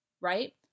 right